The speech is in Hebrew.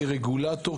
כרגולטור,